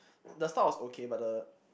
the start was okay but the